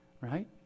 right